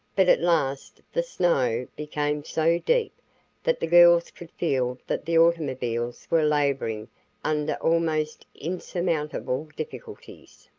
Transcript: but at last the snow became so deep that the girls could feel that the automobiles were laboring under almost insurmountable difficulties.